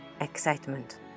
excitement